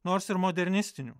nors ir modernistinių